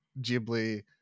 ghibli